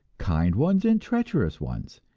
kind ones and treacherous ones.